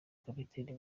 kapiteni